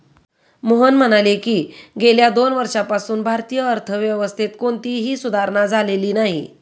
मोहन म्हणाले की, गेल्या दोन वर्षांपासून भारतीय अर्थव्यवस्थेत कोणतीही सुधारणा झालेली नाही